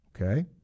Okay